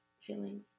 feelings